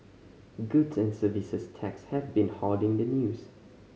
Goods and Services Tax has been hoarding the news